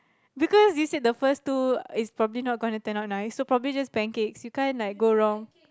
because you said the first two is probably not going to turn out nice so probably just pancakes you can't like go wrong